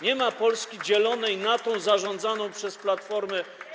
Nie ma Polski dzielonej na tę zarządzaną przez Platformę.